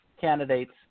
candidates